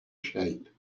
shape